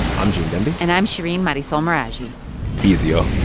i'm gene demby and i'm shereen marisol meraji be easy, ah